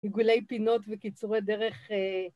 עיגולי פינות וקיצורי דרך.